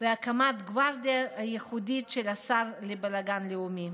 והקמת גוורדיה ייחודית של השר לבלגן לאומי.